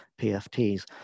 PFTs